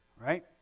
right